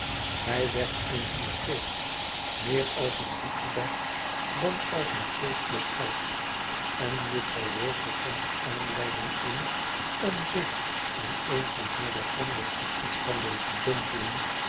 hij werd in hun geest meer als een boetedag dan als een feest beschouwd en juffrouw wilfer vond er aanleiding in om zich in een van hare somberste toestanden te dompelen